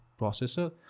processor